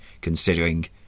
considering